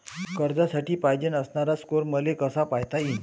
कर्जासाठी पायजेन असणारा स्कोर मले कसा पायता येईन?